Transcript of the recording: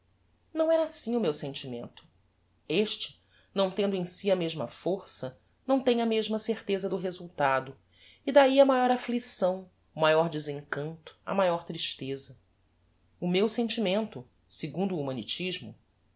não era assim o meu sentimento este não tendo em si a mesma força não tem a mesma certeza do resultado e dahi a maior afflicção o maior desencanto a maior tristeza o meu sentimento segundo